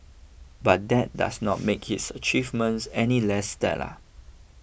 but that does not make his achievements any less stellar